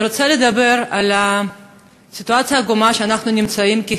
אני רוצה לדבר על הסיטואציה העגומה שאנחנו נמצאים בה